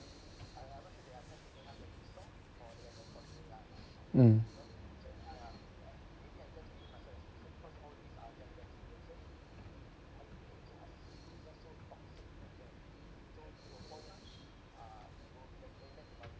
mm